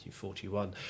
1941